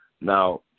Now